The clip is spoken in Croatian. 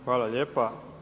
Hvala lijepa.